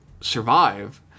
survive